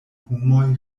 homoj